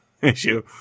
issue